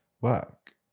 work